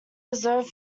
reserved